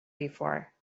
before